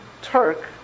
Turk